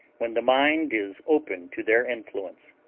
when the mind is open to their influence.